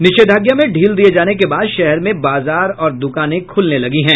निषेधाज्ञा में ढील दिये जाने के बाद शहर में बाजार और दुकानें खुलने लगी हैं